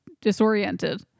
disoriented